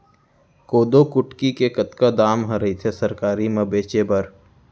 कोदो कुटकी के कतका दाम ह रइथे सरकारी म बेचे बर?